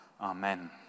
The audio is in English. Amen